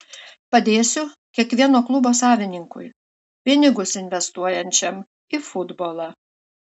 padėsiu kiekvieno klubo savininkui pinigus investuojančiam į futbolą